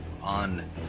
On